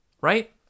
Right